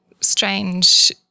strange